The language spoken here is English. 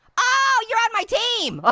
oh, you're on my team. ah